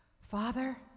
Father